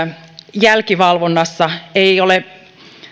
jälkivalvonnassa ei